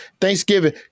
Thanksgiving